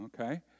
okay